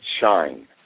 shine